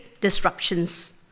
disruptions